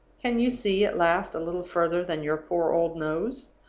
can you see, at last, a little further than your poor old nose?